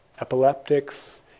epileptics